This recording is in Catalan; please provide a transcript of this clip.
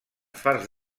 farts